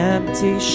Empty